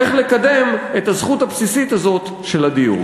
איך לקדם את הזכות הבסיסית הזאת של הדיור.